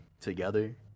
together